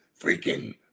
freaking